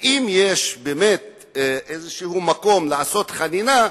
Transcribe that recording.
ואם יש איזה מקום לעשות חנינה,